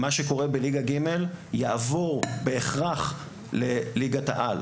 מה שקורה בליגה ג', יעבור בהכרח לליגת העל.